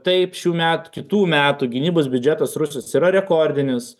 taip šių metų kitų metų gynybos biudžetas rusijos yra rekordinis